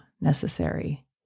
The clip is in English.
necessary